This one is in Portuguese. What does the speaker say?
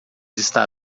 está